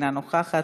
אינה נוכחת,